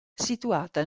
situata